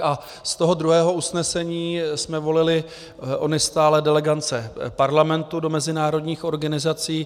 Z toho druhého usnesení jsme volili ony stálé delegace Parlamentu do mezinárodních organizací.